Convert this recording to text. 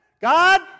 God